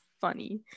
funny